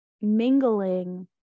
mingling